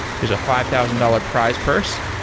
there's a five thousand dollars prize purse.